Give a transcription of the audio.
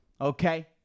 Okay